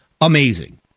amazing